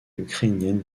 ukrainienne